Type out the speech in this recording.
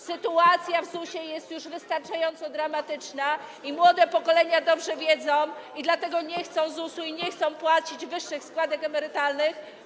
Sytuacja w ZUS-ie jest już wystarczająco dramatyczna, młode pokolenia dobrze o tym wiedzą i dlatego nie chcą ZUS-u i nie chcą płacić wyższych składek emerytalnych.